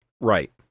Right